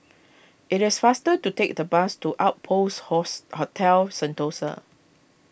it is faster to take the bus to Outpost Host Hotel Sentosa